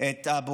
די כבר, דיברו.